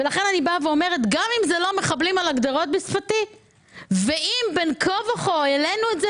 גם אם זה לא "מחבלים על הגדרות" ואם בין כה וכה העלינו את זה